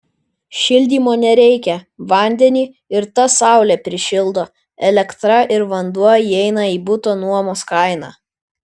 šildymo nereikia vandenį ir tą saulė prišildo elektra ir vanduo įeina į buto nuomos kainą